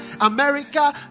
america